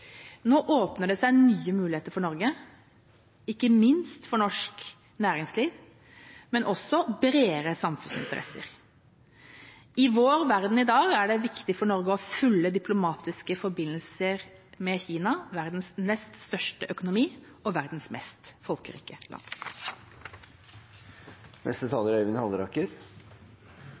Nå åpner det seg nye muligheter for Norge, ikke minst for norsk næringsliv, men også bredere samfunnsinteresser. I vår verden i dag er det viktig for Norge å ha fulle diplomatiske forbindelser med Kina, verdens nest største økonomi og verdens mest folkerike land.